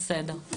בסדר.